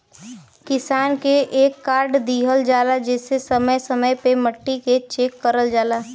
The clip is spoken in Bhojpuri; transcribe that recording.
किसान के एक कार्ड दिहल जाला जेसे समय समय पे मट्टी के चेक करल जाला